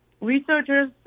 researchers